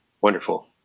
Wonderful